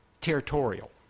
territorial